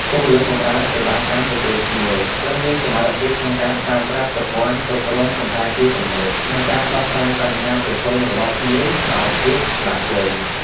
បុគ្គលិកបម្រើសេវាកម្មទទួលភ្ញៀវ ត្រូវមានសមត្ថភាពក្នុងការប្រើប្រាស់ប្រព័ន្ធគ្រប់គ្រងសណ្ឋាគារទំនើប និងការដោះស្រាយបញ្ហាប្រឈមរបស់ភ្ញៀវដោយភាពឆ្លាតវៃ។